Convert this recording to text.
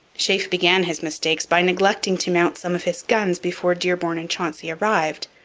sheaffe began his mistakes by neglecting to mount some of his guns before dearborn and chauncey arrived,